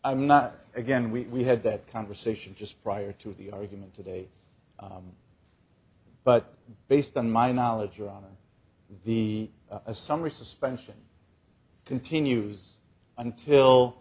i'm not again we had that conversation just prior to the argument today but based on my knowledge or on v a summary suspension continues until